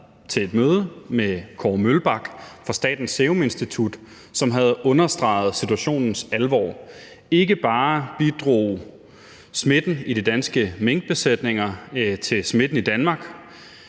til et møde med Kåre Mølbak fra Statens Serum Institut, som havde understreget situationens alvor: Ikke bare bidrog smitten i de danske minkbesætninger til smitten i Danmark;